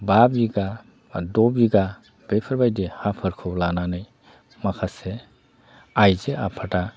बा बिगा बा द' बिगा बेफोरबायदि हाफोरखौ लानानै माखासे आइजो आफादा